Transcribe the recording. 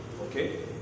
Okay